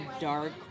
dark